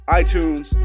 iTunes